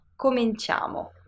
Cominciamo